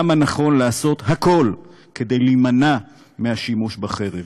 כמה נכון לעשות הכול כדי להימנע משימוש בחרב.